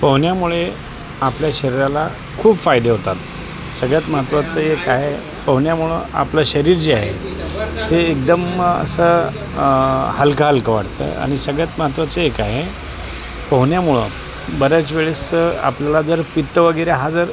पोहण्यामुळे आपल्या शरीराला खूप फायदे होतात सगळ्यात महत्त्वाचं एक आहे पोहण्यामुळं आपलं शरीर जे आहे ते एकदम असं हलकं हलकं वाटतं आणि सगळ्यात महत्त्वाचं एक आहे पोहण्यामुळं बऱ्याच वेळेस आपल्याला जर पित्त वगैरे हा जर